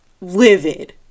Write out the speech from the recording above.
livid